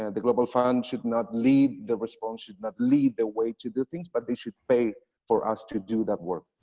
and the global fund should not lead the response, should not lead the way to do things, but they should pay for us to do that work.